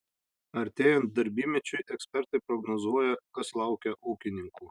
artėjant darbymečiui ekspertai prognozuoja kas laukia ūkininkų